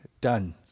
done